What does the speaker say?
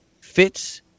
fits